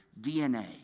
DNA